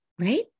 right